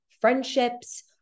friendships